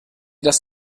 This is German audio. das